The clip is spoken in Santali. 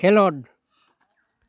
ᱠᱷᱮᱞᱳᱰ